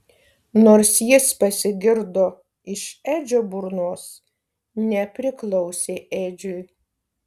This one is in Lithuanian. nors jis pasigirdo iš edžio burnos nepriklausė edžiui